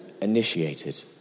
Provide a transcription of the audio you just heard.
initiated